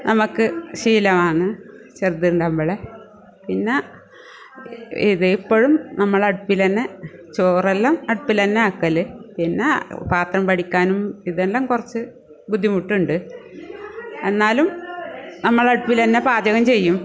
നമ്മൾക്ക് ശീലമാണ് ചെറുതുണ്ടാകുമ്പോഴെ പിന്നെ ഇത് ഇപ്പോഴും നമ്മളെ അടുപ്പിൽ തന്നെ ചോറെല്ലാം അടുപ്പിൽ തന്നെ ആക്കാറ് പിന്നെ പാത്രം വടിക്കാനും ഇതെല്ലാം കുറച്ച് ബുദ്ധിമുട്ടുണ്ട് എന്നാലും നമ്മളെ അടുപ്പിൽ തന്നെ പാചകം ചെയ്യും